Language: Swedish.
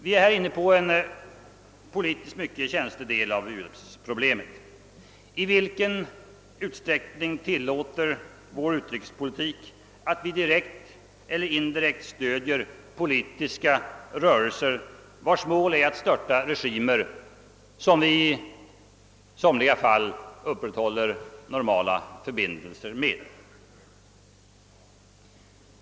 Vi är här inne på en politiskt mycket känslig del av u-hjälpsproblemet: I vilken utsträckning tillåter den svenska utrikespolitiken att vi direkt eller indirekt stöder politiska rörelser vilkas mål är att störta regimer som vi i somliga fall upprätthåller normala förbindelser med?